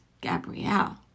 Gabrielle